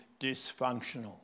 dysfunctional